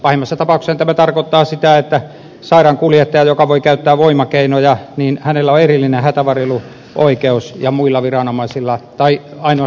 pahimmassa tapauksessahan tämä tarkoittaa sitä että sairaankuljettajalla joka voi käyttää voimakeinoja on erillinen hätävarjeluoikeus ja ainoastaan poliisilla ei